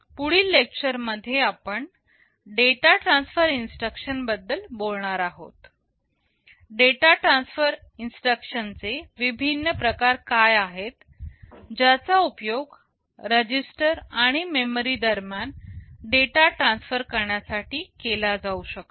पुढील लेक्चर मध्ये आपण डेटा ट्रांसफर इन्स्ट्रक्शन बद्दल बोलणार आहोत डेटा ट्रांसफर इन्स्ट्रक्शन चे विभिन्न प्रकार काय आहेत ज्याचा उपयोग रजिस्टर आणि मेमरी दरम्यान डेटा ट्रांसफर करण्यासाठी केला जाऊ शकतो